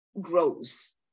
grows